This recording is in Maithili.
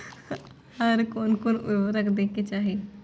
आर कोन कोन उर्वरक दै के चाही?